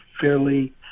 fairly